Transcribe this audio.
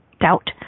doubt